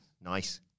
Nice